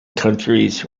countries